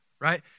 right